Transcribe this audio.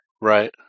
Right